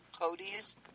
cody's